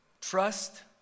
Trust